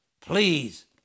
please